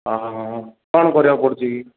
ହଁ ହଁ ହଁ ହଁ କ'ଣ କରିବାକୁ ପଡ଼ୁଛି କି